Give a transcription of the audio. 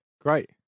great